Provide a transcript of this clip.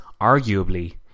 arguably